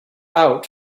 out